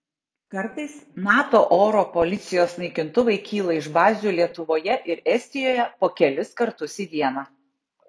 kartais nato oro policijos naikintuvai kyla iš bazių lietuvoje ir estijoje po kelis kartus į dieną